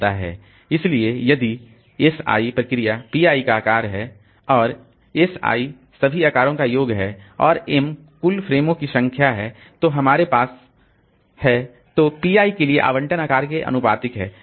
इसलिए यदि si process p i का आकार है और S सभी आकारों का योग है और m कुल फ़्रेमों की संख्या है जो हमारे पास है तो p i के लिए आवंटन आकार के आनुपातिक है